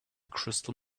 crystal